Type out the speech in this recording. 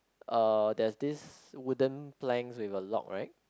uh there's this wooden planks with a lock right